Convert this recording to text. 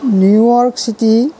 New York city